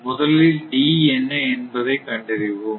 முதலில் D என்ன என்பதை கண்டறிவோம்